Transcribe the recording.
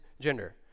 gender